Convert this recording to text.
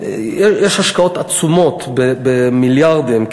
יש השקעות עצומות, במיליארדים.